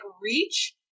reach